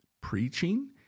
preaching